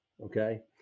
Okay